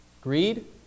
Greed